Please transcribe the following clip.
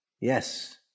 Yes